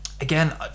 again